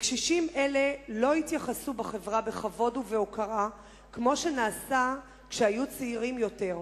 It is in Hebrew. לקשישים אלה לא יתייחסו בחברה בכבוד ובהוקרה כמו כשהיו צעירים יותר.